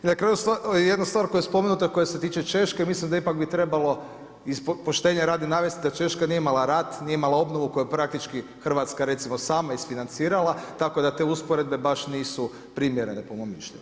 I na kraju jedna stvar koja je spomenuta, koja se tiče Češke i mislim da ipak bi trebalo iz poštenja radi navesti da Češka nije imala rat, nije imala obnovu koju je praktički Hrvatska recimo sama isfinancirala tako da te usporedbe baš nisu primjerene po mom mišljenju.